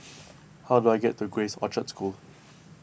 how do I get to Grace Orchard School